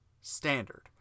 standard